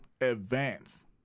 advance